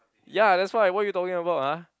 ya that's why what you talking about ha